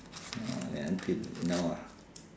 until now ah